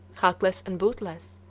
hatless and bootless,